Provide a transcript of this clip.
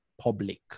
public